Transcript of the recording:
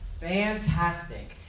Fantastic